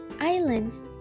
islands